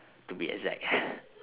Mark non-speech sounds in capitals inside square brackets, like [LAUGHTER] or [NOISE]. to be exact [BREATH]